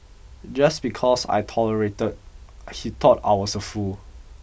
just because I tolerated he thought I was a fool